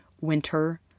winter